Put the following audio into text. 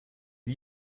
wie